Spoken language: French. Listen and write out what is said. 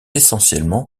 essentiellement